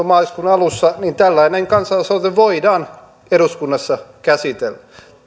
maaliskuun alussa tällainen kansalaisaloite voidaan eduskunnassa käsitellä